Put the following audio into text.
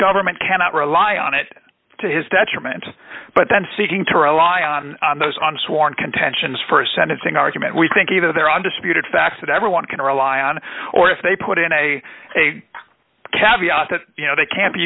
government cannot rely on it to his detriment but then seeking to rely on those on sworn contentions for a sentencing argument we think either there undisputed facts that everyone can rely on or if they put in a cab that you know they can't be